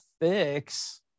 fix